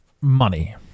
money